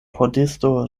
pordisto